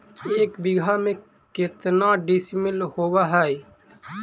एक बीघा में केतना डिसिमिल होव हइ?